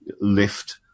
lift